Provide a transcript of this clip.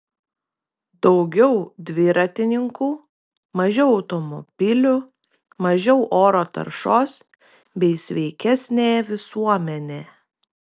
daugiau dviratininkų mažiau automobilių mažiau oro taršos bei sveikesnė visuomenė